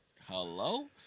Hello